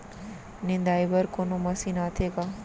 निंदाई बर कोनो मशीन आथे का?